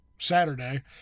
saturday